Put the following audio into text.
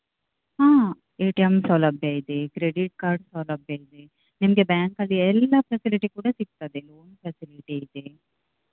ಹಾಂ A T M ಸೌಲಭ್ಯ ಇದೆ ಕ್ರೆಡಿಟ್ ಕಾರ್ಡ್ ಸೌಲಭ್ಯ ಇದೆ ನಿಮಗೆ ಬ್ಯಾಂಕಲ್ಲಿ ಎಲ್ಲ ಫೆಸಿಲಿಟಿ ಕೂಡ ಸಿಕ್ತದೆ ಲೋನ್ ಫೆಸಿಲಿಟಿ ಇದೆ